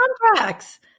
contracts